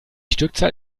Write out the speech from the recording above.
stückzahl